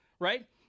right